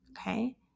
Okay